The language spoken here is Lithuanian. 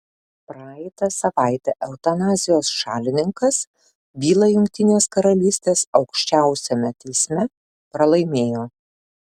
praeitą savaitę eutanazijos šalininkas bylą jungtinės karalystės aukščiausiame teisme pralaimėjo